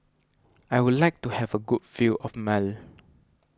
I would like to have a good view of Male